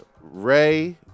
Ray